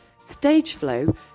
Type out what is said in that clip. Stageflow